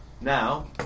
Now